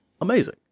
amazing